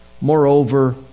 Moreover